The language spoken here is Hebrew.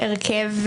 הפוכה,